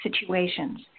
situations